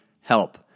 help